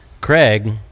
Craig